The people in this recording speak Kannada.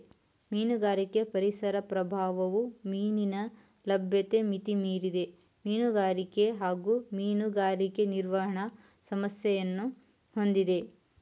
ಮೀನುಗಾರಿಕೆ ಪರಿಸರ ಪ್ರಭಾವವು ಮೀನಿನ ಲಭ್ಯತೆ ಮಿತಿಮೀರಿದ ಮೀನುಗಾರಿಕೆ ಹಾಗೂ ಮೀನುಗಾರಿಕೆ ನಿರ್ವಹಣೆ ಸಮಸ್ಯೆಯನ್ನು ಹೊಂದಿದೆ